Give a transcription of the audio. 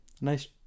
nice